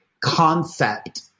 concept